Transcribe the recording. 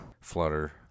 flutter